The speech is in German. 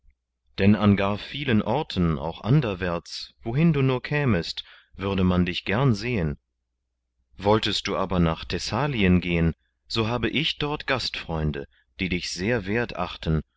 denn an gar vielen orten auch anderwärts wohin du nur kämest würde man dich gern sehen wolltest du aber nach thessalien gehen so habe ich dort gastfreunde die dich sehr wert achten